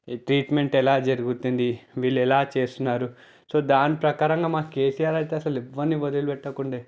ఈ ట్రీట్మెంట్ ఎలా జరుగుతుంది వీళ్ళు ఎలా చేస్తున్నారు సో దాని ప్రకారంగా మా కేసీఆర్ అయితే అసలు ఎవరిని వదిలిపెట్టకుండే